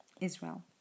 Israel